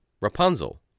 Rapunzel